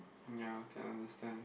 ya can understand